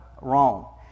wrong